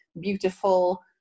beautiful